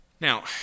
Now